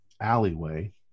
alleyway